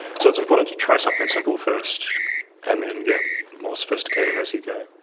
so it's important to try something simple first and then get more sophisticated as you go.